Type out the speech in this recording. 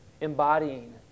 embodying